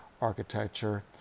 architecture